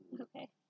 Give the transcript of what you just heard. Okay